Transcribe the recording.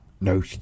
No